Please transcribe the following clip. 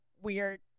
weird